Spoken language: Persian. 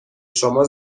شما